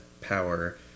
power